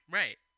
right